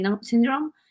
syndrome